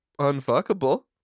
unfuckable